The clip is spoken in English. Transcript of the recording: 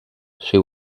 she